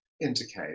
indicate